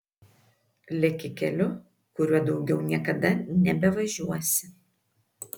leki keliu kuriuo daugiau niekada nebevažiuosi